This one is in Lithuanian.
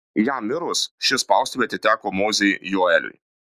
jam mirus ši spaustuvė atiteko mozei joeliui